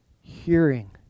hearing